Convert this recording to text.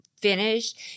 finished